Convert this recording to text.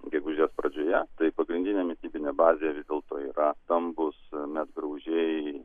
gegužės pradžioje tai pagrindinė mitybinė bazė vis dėlto yra stambūs medgraužiai